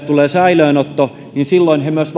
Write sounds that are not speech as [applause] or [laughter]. tulee säilöönotto niin silloin he myös [unintelligible]